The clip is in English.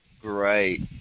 Great